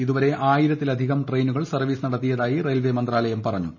ഇതുവരെ ആയിരത്തിലധികം ട്രെയിനുകൾ സർവ്വീസ് നടത്തിയതായി റെയിൽവേ മന്ത്രാ ലയം അറിയിച്ചു